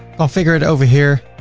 configure it over here